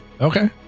okay